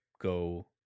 go